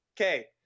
okay